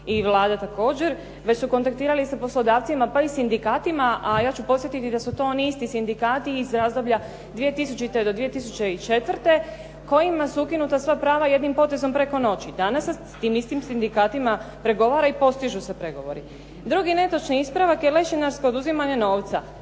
i Vlada također, već su kontaktirali i sa poslodavcima, pa i sindikatima, a ja ću podsjetiti da su to oni isti sindikati iz razdoblja 2000.-2004. kojima su ukinuta sva prava jednim potezom preko noći. Danas se s tim istim sindikatima pregovara i postižu se pregovori. Drugi netočni ispravak je lešinarsko oduzimanje novca.